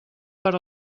per